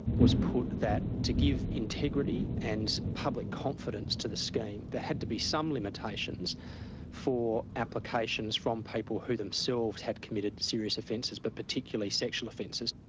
was put that to give integrity and public confidence to the scheme there had to be some limitations for applications from people who themselves had committed serious offences, but particularly sexual offences.